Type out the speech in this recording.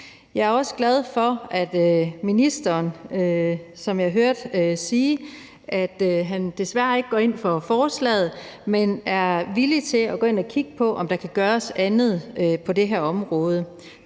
Jeg er også glad for, at ministeren, som jeg hørte desværre ikke går ind for forslaget, er villig til at gå ind og kigge på, om der kan gøres andet på det her område.